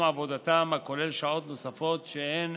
עבודתם, הכולל שעות נוספות שהן